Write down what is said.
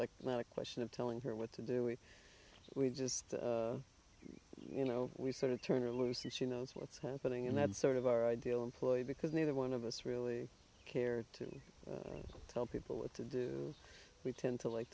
lead a question of telling her what to do if we just you know we sort of turn are loose and she knows what's happening and that sort of our ideal employee because neither one of us really care to tell people what to do we tend to like